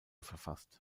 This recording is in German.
verfasst